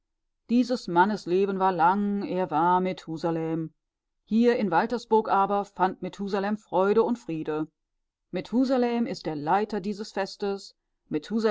dieses mannes leben war lang er war methusalem hier in waltersburg aber fand methusalem freude und friede methusalem ist der leiter dieses festes